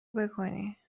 بکنی